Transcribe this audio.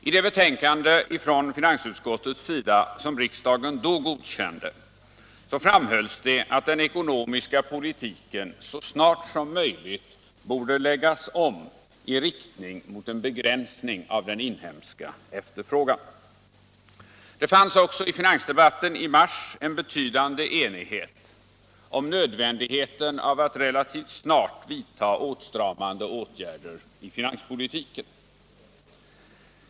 I det betänkande från finansutskottet som riksdagen då godkände framhölls det att den ekonomiska politiken så snart som möjligt borde läggas om i riktning mot en begränsning av den inhemska efterfrågan. Det fanns i finansdebatten i mars en betydande enighet om nödvändigheten av att relativt snart vidta åtstramande åtgärder i finanspolitiken.